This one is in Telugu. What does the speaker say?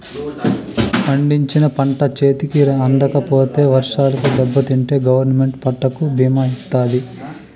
పండించిన పంట చేతికి అందకపోతే వర్షాలకు దెబ్బతింటే గవర్నమెంట్ పంటకు భీమా ఇత్తాది